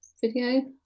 video